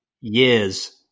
years